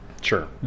Sure